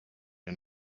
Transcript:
and